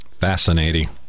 Fascinating